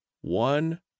one